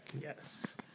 Yes